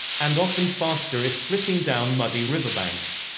and often faster if slipping down muddy riverbanks.